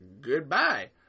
Goodbye